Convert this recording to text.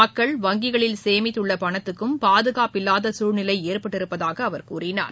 மக்கள் வங்கிகளில் சேமித்துள்ள பணத்துக்கும் பாதுகாப்பில்லாத சூழ்நிலை ஏற்பட்டிருப்பதாகவும் அவர் கூறினார்